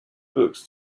books